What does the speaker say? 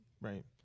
Right